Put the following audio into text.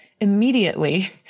immediately